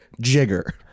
jigger